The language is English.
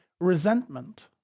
resentment